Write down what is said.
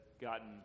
gotten